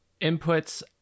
inputs